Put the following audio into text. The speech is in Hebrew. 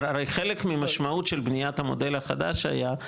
הרי חלק מהמשמעות של בניית המודל החדש היה,